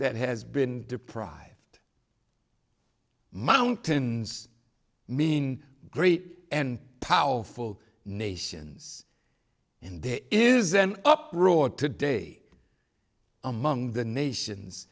that has been deprived mountains mean great and powerful nations in there is an uproar today among the nations